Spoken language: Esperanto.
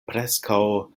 preskaŭ